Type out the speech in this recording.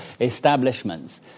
establishments